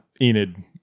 Enid